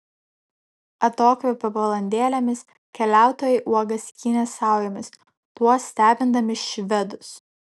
atokvėpio valandėlėmis keliautojai uogas skynė saujomis tuo stebindami švedus